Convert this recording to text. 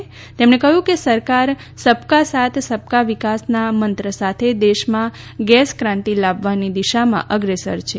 શ્રી પ્રધાને કહ્યું કે સરકાર સબકા સાથ સબકા વિકાસના મંત્ર સાથે દેશમાં ગેસ ક્રાંતિ લાવવાની દિશામાં અગ્રેસર છે